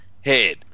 head